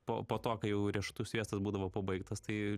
po po to kai jau riešutų sviestas būdavo pabaigtas tai